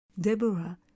Deborah